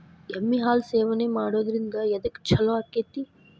ಎಮ್ಮಿ ಹಾಲು ಸೇವನೆ ಮಾಡೋದ್ರಿಂದ ಎದ್ಕ ಛಲೋ ಆಕ್ಕೆತಿ?